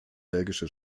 belgische